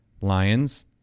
Lions